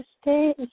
stay